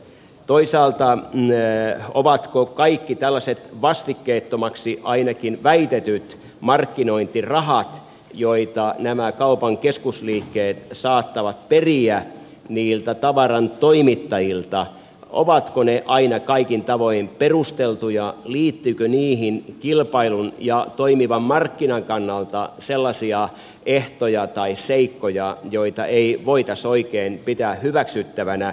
toisaalta ovatko kaikki tällaiset vastikkeettomiksi ainakin väitetyt markkinointirahat joita nämä kaupan keskusliikkeet saattavat periä niiltä tavarantoimittajilta aina kaikin tavoin perusteltuja liittyykö niihin kilpailun ja toimivan markkinan kannalta sellaisia ehtoja tai seikkoja joita ei voitaisi oikein pitää hyväksyttävinä